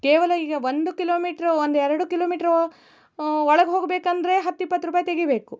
ಕೇವಲ ಈಗ ಒಂದು ಕಿಲೋಮೀಟ್ರು ಒಂದು ಎರಡು ಕಿಲೋಮೀಟ್ರು ಒಳಗೆ ಹೋಗಬೇಕಂದ್ರೆ ಹತ್ತು ಇಪ್ಪತ್ತು ರೂಪಾಯಿ ತೆಗಿಬೇಕು